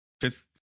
fifth